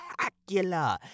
spectacular